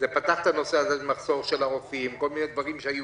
זה פתח את הנושא של המחסור ברופאים וכל מיני דברים שהיו,